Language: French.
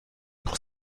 pour